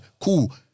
Cool